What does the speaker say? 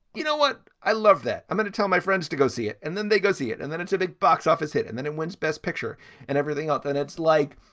you know what? i love that. i'm going to tell my friends to go see it. and then they go see it. and then it's a big box office hit and then it wins best picture and everything out there. it's like